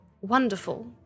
wonderful